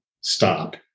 stop